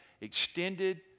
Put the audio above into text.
extended